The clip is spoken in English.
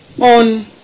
on